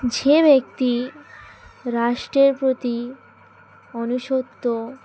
যে ব্যক্তি রাষ্ট্রের প্রতি আনুগত্য